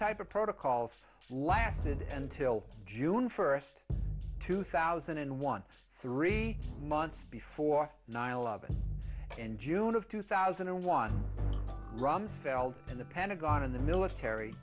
type of protocols lasted until june first two thousand and one three months before nine eleven in june of two thousand and one rumsfeld and the pentagon and the military